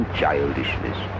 childishness